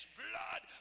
blood